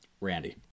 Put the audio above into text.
Randy